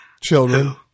Children